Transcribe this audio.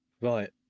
Right